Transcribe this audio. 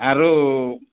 ଆରୁ